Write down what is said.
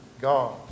God